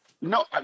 No